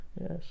yes